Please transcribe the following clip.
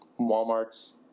Walmart's